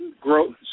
growth